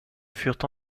furent